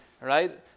right